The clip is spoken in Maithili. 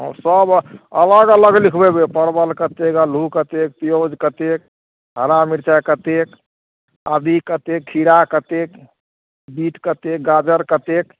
सब अलग अलग लिखबेबय परबल कतेक आलू कतेक पियाउज कतेक हरा मिरचाइ कतेक आदि कतेक खीरा कतेक बीट कतेक गाजर कतेक